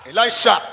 Elisha